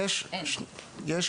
אם יורשה לי לדבר אז אני אספר.